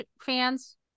fans